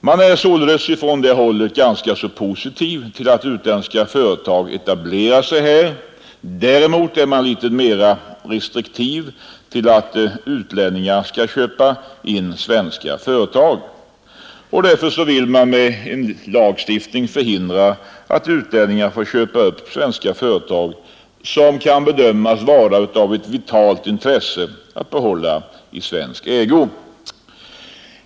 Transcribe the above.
De är således ganska positiva till att utländska företag etablerar sig här. Däremot intar de en litet mer restriktiv hållning till tanken att utlänningar skall köpa in svenska företag. Därför vill de att vi med lagstiftning skall förhindra att utlänningar köper svenska företag som det kan vara av vitalt intresse att behålla i svensk ägo.